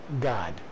God